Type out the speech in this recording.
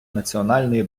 національної